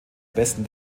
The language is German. besten